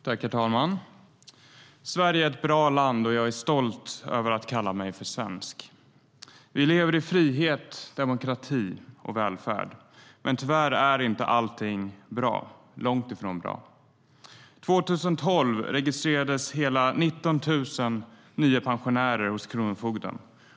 Herr talman! Sverige är ett bra land, och jag är stolt över att kalla mig svensk. Vi lever i frihet, demokrati och välfärd. Men tyvärr är inte allt bra. Det är långt ifrån bra. År 2012 registrerades hela 19 000 nya pensionärer hos kronofogden.